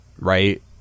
right